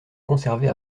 conservés